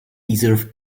deserve